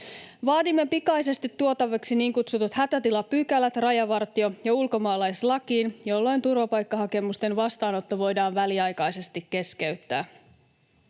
Vaadimme pikaisesti tuotavaksi niin kutsutut hätätilapykälät rajavartio- ja ulkomaalaislakiin, jolloin turvapaikkahakemusten vastaanotto voidaan väliaikaisesti keskeyttää.